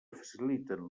faciliten